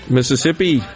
Mississippi